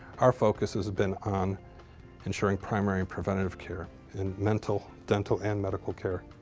our focus has been on ensuring primary and preventive care and dental dental and medical care.